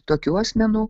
tokių asmenų